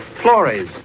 Flores